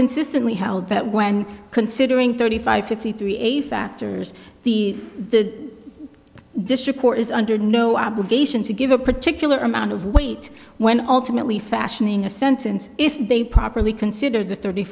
consistently held that when considering thirty five fifty three a factors the the district court is under no obligation to give a particular amount of weight when alternately fashioning a sentence if they properly consider the thirty